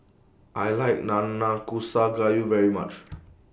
I like Nanakusa Gayu very much